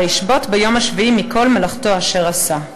וישבת ביום השביעי מכל מלאכתו אשר עשה.